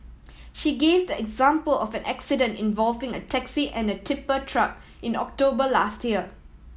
she gave the example of an accident involving a taxi and a tipper truck in October last year